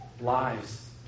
lives